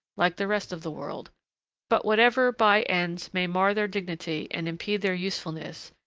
like the rest of the world but whatever by-ends may mar their dignity and impede their usefulness,